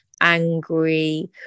angry